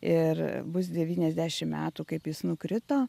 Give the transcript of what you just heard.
ir bus devyniasdešim metų kaip jis nukrito